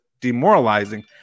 Demoralizing